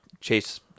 Chase